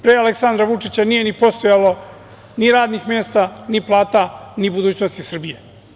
Pre Aleksandra Vučića nije postojalo ni radnih mesta, ni plata, ni budućnosti Srbije.